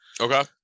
okay